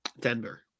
Denver